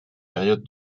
période